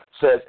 says